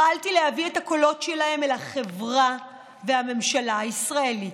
פעלתי להביא את הקולות שלהם אל החברה והממשלה הישראלית.